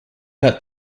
that